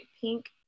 pink